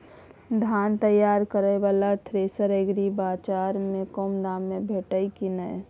धान तैयार करय वाला थ्रेसर एग्रीबाजार में कम दाम में भेटत की नय?